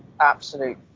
absolute